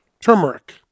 turmeric